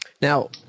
Now